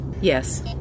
Yes